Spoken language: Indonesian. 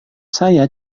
saya